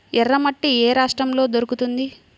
ఎర్రమట్టి ఏ రాష్ట్రంలో దొరుకుతుంది?